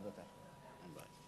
אתה רגוע?